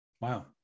Wow